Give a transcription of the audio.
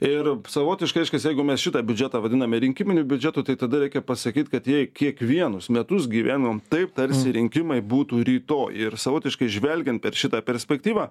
ir savotiškai reiškias jeigu mes šitą biudžetą vadiname rinkiminiu biudžetu tai tada reikia pasakyti kad jei kiekvienus metus gyvenam taip tarsi rinkimai būtų rytoj ir savotiškai žvelgiant per šitą perspektyvą